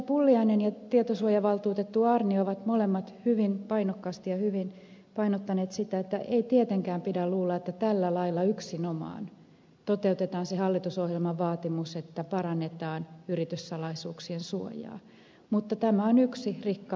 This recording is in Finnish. pulliainen ja tietosuojavaltuutettu aarnio ovat molemmat hyvin painokkaasti ja hyvin painottaneet sitä että ei tietenkään pidä luulla että tällä lailla yksinomaan toteutetaan se hallitusohjelman vaatimus että parannetaan yrityssalaisuuksien suojaa mutta tämä on yksi rikka rokassa